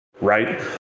right